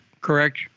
correct